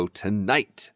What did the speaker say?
tonight